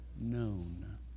known